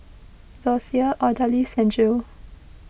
Dorthea Odalis and Jill